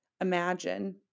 imagine